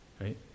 right